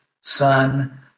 son